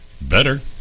Better